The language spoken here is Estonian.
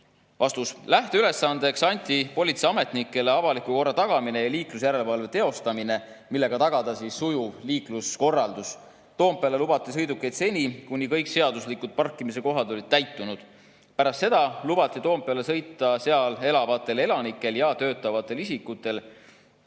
Vastus. Lähteülesandeks anti politseiametnikele avaliku korra tagamine ja liiklusjärelevalve teostamine, millega tagada sujuv liikluskorraldus. Toompeale lubati sõidukeid seni, kuni kõik seaduslikud parkimiskohad olid täitunud. Pärast seda lubati Toompeale sõita seal elavatel elanikel ja töötavatel isikutel.